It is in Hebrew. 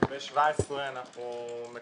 לגבי 17 רק ביקשנו